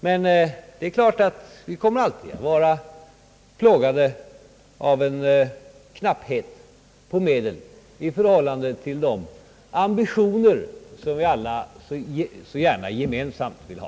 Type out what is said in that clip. Men det är klart att vi alltid kommer att vara plågade av knapphet på medel i förhållande till de ambitioner som vi alla så gärna gemensamt vill ha.